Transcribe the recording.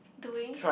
doing